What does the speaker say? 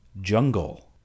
Jungle